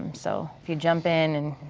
um so if you jump in,